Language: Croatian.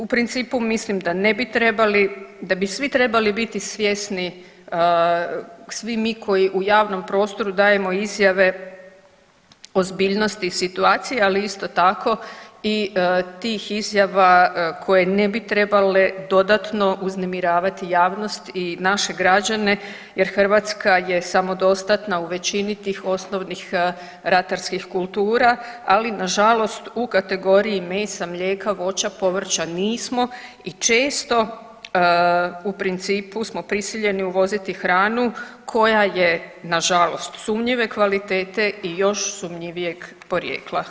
U principu mislim da ne bi trebali, da bi svi trebali biti svjesni, svi mi koji u javnom prostoru dajemo izjave o ozbiljnosti situacije, ali isto tako i tih izjava koje ne bi trebale dodatno uznemiravati javnost i naše građane jer Hrvatska je samodostatna u većini tih osnovnih ratarskih kultura, ali nažalost u kategoriji mesa, mlijeka, voća, povrća nismo i često u principu smo prisiljeni uvoziti hranu koja je nažalost sumnjive kvalitete i još sumnjivijeg porijekla.